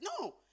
No